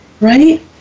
Right